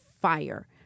fire